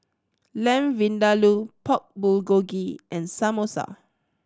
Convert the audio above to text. Lamb Vindaloo Pork Bulgogi and Samosa